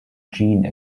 gene